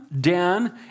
Dan